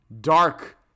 Dark